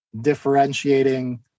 differentiating